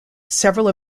several